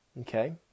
Okay